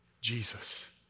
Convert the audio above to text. Jesus